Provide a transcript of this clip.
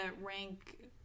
rank